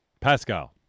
Pascal